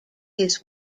his